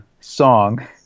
song